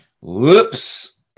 whoops